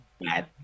bad